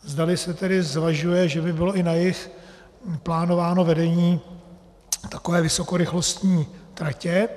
Zdali se tedy zvažuje, že by bylo i na jih plánováno vedení takové vysokorychlostní trati.